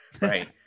right